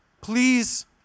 Please